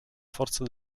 forza